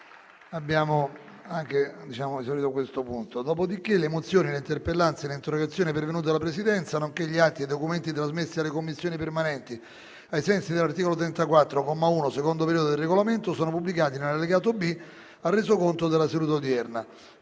Le mozioni, le interpellanze e le interrogazioni pervenute alla Presidenza, nonché gli atti e i documenti trasmessi alle Commissioni permanenti ai sensi dell'articolo 34, comma 1, secondo periodo, del Regolamento sono pubblicati nell'allegato B al Resoconto della seduta odierna.